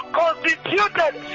constituted